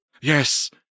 Yes